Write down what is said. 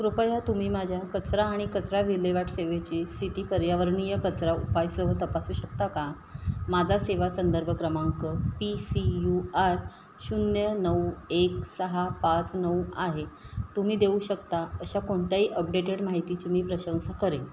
कृपया तुम्ही माझ्या कचरा आणि कचरा विल्हेवाट सेवेची सिटी पर्यावरणीय कचरा उपायसह तपासू शकता का माझा सेवा संदर्भ क्रमांक पी सी यू आर शून्य नऊ एक सहा पाच नऊ आहे तुम्ही देऊ शकता अशा कोणताही अपडेटेड माहितीची मी प्रशंसा करेन